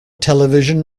television